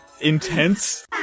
intense